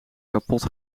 kapot